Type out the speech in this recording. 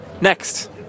Next